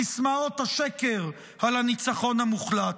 סיסמאות השקר על הניצחון המוחלט.